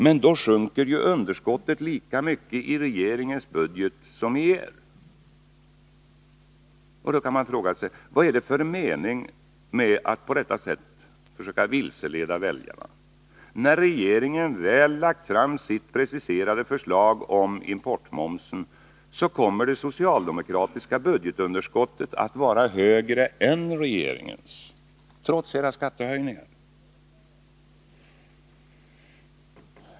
Men då sjunker ju underskottet lika mycket i regeringens budget som i er. Man kan då fråga sig vad det är för mening med att på detta sätt försöka vilseleda väljarna. När regeringen väl lagt fram sitt preciserade förslag om importmomsen, kommer det socialdemokratiska budgetunderskottet att vara större än regeringens — trots era skattehöjningar.